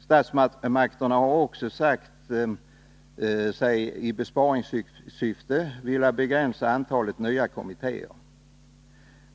Statsmakterna har också i besparingssyfte sagt sig vilja begränsa antalet nya kommittéer.